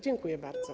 Dziękuję bardzo.